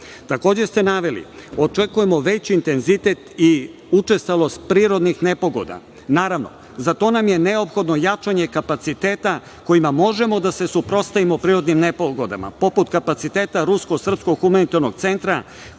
ste naveli, očekujemo veći intenzitet i učestalost prirodnih nepogoda. Naravno, za to nam je neophodno jačanje kapaciteta kojima možemo da se suprotstavimo prirodnim nepogodama, poput kapaciteta Rusko-srpskog humanitarnog centra